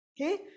Okay